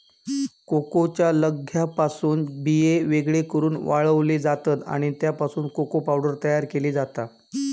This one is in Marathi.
कोकोच्या लगद्यापासून बिये वेगळे करून वाळवले जातत आणि नंतर त्यापासून कोको पावडर तयार केली जाता